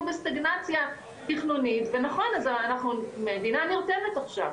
בסטגנציה תכנונית ונכון המדינה נרתמת עכשיו,